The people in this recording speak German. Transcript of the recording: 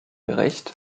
gerecht